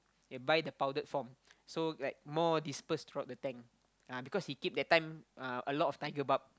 and buy the powdered form so like more dispersed throughout the tank uh because he keep that time uh a lot of tiger barb